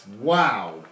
Wow